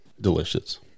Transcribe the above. Delicious